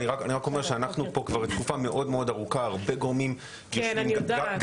אני רק אומר שכבר תקופה ארוכה הרבה גורמים יושבים על פרטי הפרטים,